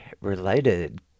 related